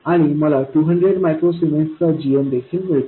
आणि मला 200 मायक्रो सीमेन्सचा gm देखील मिळतो